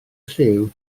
lliw